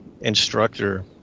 instructor